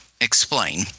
explain